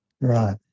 right